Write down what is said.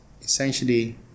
essentially